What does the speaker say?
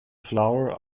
flour